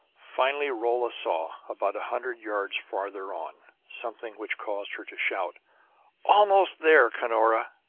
finally rolla saw, about a hundred yards farther on, something which caused her to shout almost there, cunora!